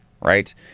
right